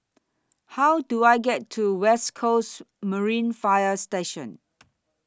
How Do I get to West Coasts Marine Fire Station